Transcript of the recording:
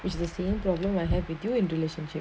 which is the same problem I have with you in relationship